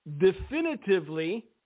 definitively